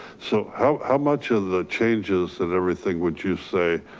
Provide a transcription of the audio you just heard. so how how much of the changes and everything would you say,